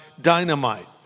dynamite